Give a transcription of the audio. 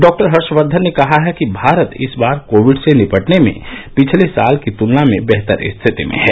doctor Harshvardhan ने कहा है कि भारत इस बार कोविड से निपटने में पिछले साल की तुलना में बेहतर स्थिति में है